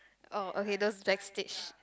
oh okay those backstage